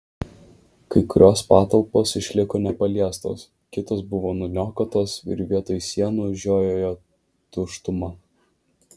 kai kurios patalpos išliko nepaliestos kitos buvo nuniokotos ir vietoj sienų žiojėjo tuštuma